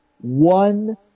one